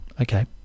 okay